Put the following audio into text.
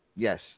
Yes